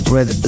Red